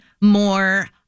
more